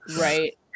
Right